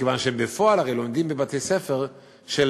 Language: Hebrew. מכיוון שהן בפועל הרי לומדות בבתי-ספר של